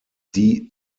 die